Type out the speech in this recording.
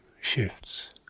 shifts